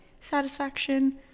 satisfaction